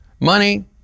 Money